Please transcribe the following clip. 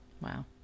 Wow